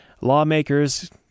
lawmakers